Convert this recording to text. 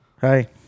hi